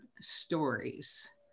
stories